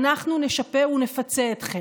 אנחנו נשפה ונפצה אתכם.